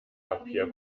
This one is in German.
papier